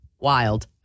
wild